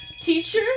Teacher